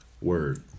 word